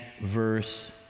verse